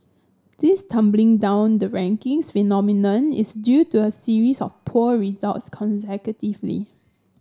this tumbling down the rankings phenomenon is due to a series of poor results consecutively